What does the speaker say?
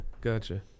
Gotcha